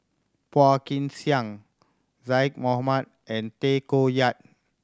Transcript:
Phua Kin Siang Zaqy Mohamad and Tay Koh Yat